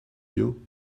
you